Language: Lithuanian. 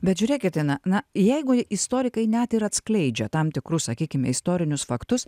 bet žiūrėkit ina na jeigu istorikai net ir atskleidžia tam tikrus sakykime istorinius faktus